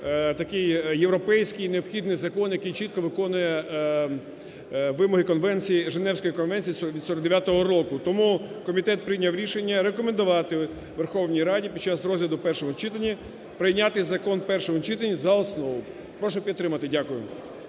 такий європейський необхідний закон, який чітко виконує вимоги конвенції, Женевської конвенції від 1949 року. Тому комітет прийняв рішення рекомендувати Верховній Раді під час розгляду у першому читанні прийняти закон у першому читанні за основу. Прошу підтримати. Дякую.